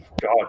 God